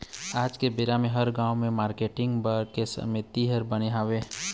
आज के बेरा म हर गाँव म मारकेटिंग मन के समिति बने हवय